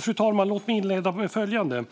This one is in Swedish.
Fru talman!